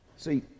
See